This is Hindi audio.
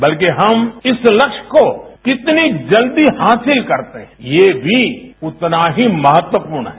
बल्कि हम इस लक्ष्य को कितनी जल्दी हासिल करते हैं ये भी उतना ही महत्वपूर्ण है